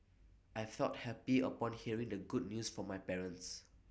I felt happy upon hearing the good news from my parents